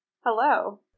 Hello